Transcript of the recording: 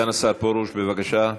סגן השר פרוש, בבקשה,